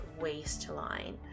waistline